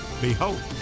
Behold